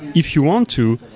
if you want to,